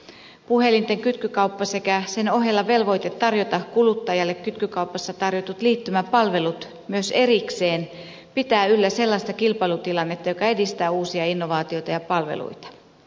puhelinten kytkykauppa sekä sen ohella velvoite tarjota kuluttajalle kytkykaupassa tarjotut liittymäpalvelut myös erikseen pitävät yllä sellaista kilpailutilannetta joka edistää uusia innovaatioita ja palveluita